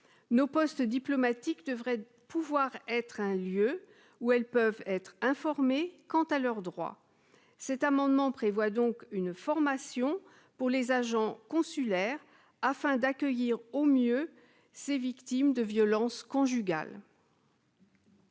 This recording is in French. nos postes diplomatiques devraient pouvoir être un lieu où elles peuvent être informés quant à leurs droits, cet amendement prévoit donc une formation pour les agents consulaires afin d'accueillir au mieux ses victimes de violences conjugales.